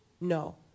No